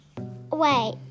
Wait